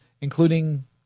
including